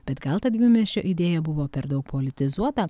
bet gal ta dvimiesčio idėja buvo per daug politizuota